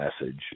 message